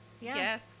Yes